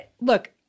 look